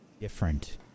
...different